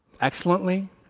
excellently